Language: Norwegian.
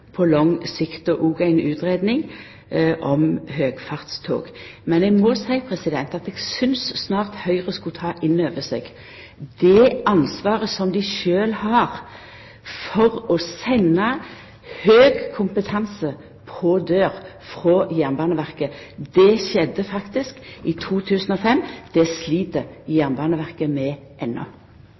om høgfartstog. Men eg må seia at eg synest at Høgre snart skulle ta inn over seg det ansvaret som dei sjølve har for å ha sendt på dør høg kompetanse frå Jernbaneverket. Det skjedde faktisk i 2005. Det slit Jernbaneverket med